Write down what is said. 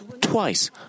twice